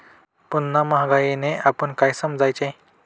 पुन्हा महागाईने आपण काय समजायचे?